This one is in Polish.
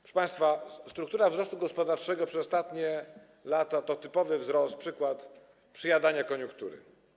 Proszę państwa, struktura wzrostu gospodarczego przez ostatnie lata to typowy wzrost, przykład przejadania koniunktury.